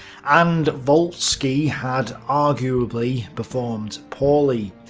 and volskii had arguably performed poorly,